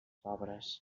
pobres